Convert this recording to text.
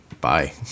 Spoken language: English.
bye